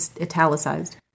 italicized